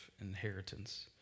inheritance